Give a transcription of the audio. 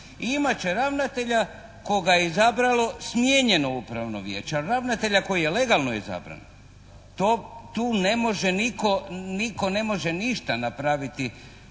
će ravnatelja koga je izabralo smijenjeno upravo vijeće, ravnatelja koji je legalno izabran. Tu ne može nitko ništa napraviti